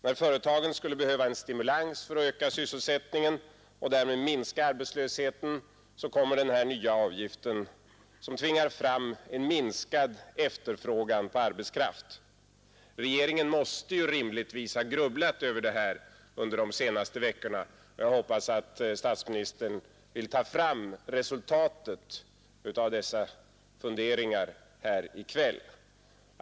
När företagen skulle behöva en stimulans för att öka sysselsättningen och därmed minska arbetslösheten, kommer den nya avgiften som tvingar fram en minskad efterfrågan på arbetskraft. Regeringen måste ju rimligtvis ha grubblat över det här under de senaste veckorna, och jag hoppas att statsministern vill ta fram resultatet av dessa funderingar i kväll.